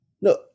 No